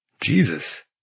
Jesus